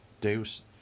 Deus